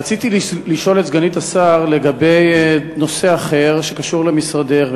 רציתי לשאול את סגנית השר על נושא אחר שקשור למשרדך,